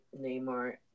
Neymar